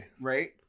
Right